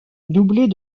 doublée